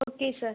okay sir